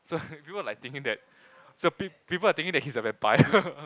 so people like thinking that so pe~ people are thinking that he's a vampire